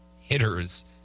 hitters